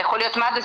זה יכול להיות מד"א,